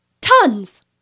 Tons